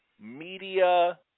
media